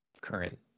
current